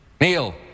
Neil